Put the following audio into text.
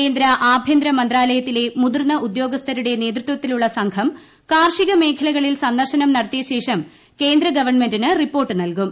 കേന്ദ്ര ആഭ്യന്തര മന്ത്രാലയത്തിലെ മുതിർന്ന ഉദ്യോഗസ്ഥരുടെ നേതൃത്വത്തിലുള്ള സംഘം കാർഷിക മേഖലകളിൽ സന്ദർശനം നടത്തിയ ശേഷം കേന്ദ്ര ഗവൺമെന്റിന് റിപ്പോർട്ട് നൽകും